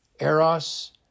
Eros